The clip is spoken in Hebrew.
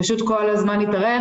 כל הזמן זה התארך.